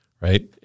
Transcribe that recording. right